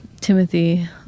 Timothy